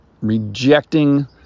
rejecting